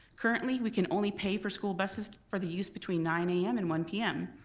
currently we can only pay for school buses for the use between nine a m. and one p m.